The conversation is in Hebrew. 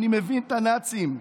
אני מבין את הנאצים.